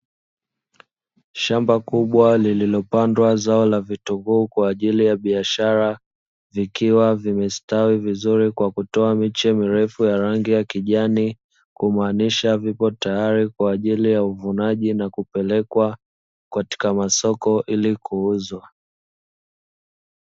Shamba kubwa lililopandwa zao la vitunguu kwa ajili ya biashara, vikiwa vimestawi vizuri kwa kutoa miche mirefu ya rangi ya kijani, kumaanisha viko tayari kwa ajili ya uvunwaji na kupelekwa katika masoko ili kuuzwa.